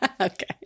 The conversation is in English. Okay